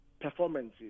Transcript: performances